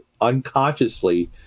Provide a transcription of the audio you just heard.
unconsciously